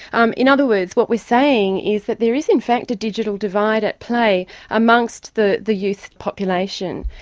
um in other words, what we're saying is that there is in fact a digital divide at play amongst the the youth population.